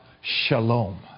Shalom